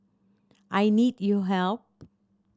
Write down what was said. I need you help